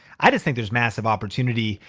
i just think there's massive opportunity.